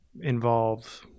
involve